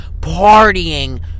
partying